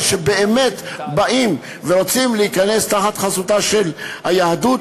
שבאמת באים ורוצים להיכנס תחת חסותה של היהדות,